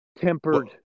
tempered